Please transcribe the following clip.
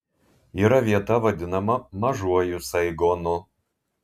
yra vieta vadinama mažuoju saigonu